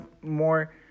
more